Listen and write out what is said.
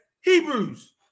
Hebrews